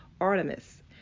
Artemis